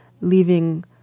leaving